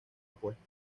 apuesta